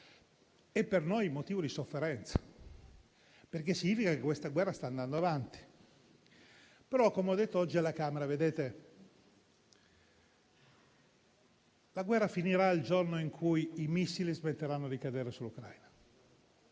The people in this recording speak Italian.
è per noi motivo di sofferenza, perché significa che questa guerra sta andando avanti. Però, come ho detto oggi alla Camera, la guerra finirà il giorno in cui i missili smetteranno di cadere sull'Ucraina,